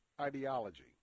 ideology